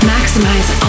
Maximize